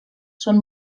són